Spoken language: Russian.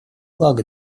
благо